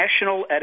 national